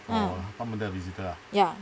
ah ya